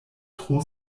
tro